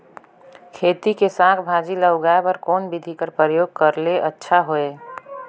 खेती मे साक भाजी ल उगाय बर कोन बिधी कर प्रयोग करले अच्छा होयल?